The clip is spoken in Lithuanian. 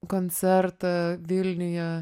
koncertą vilniuje